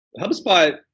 HubSpot